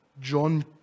John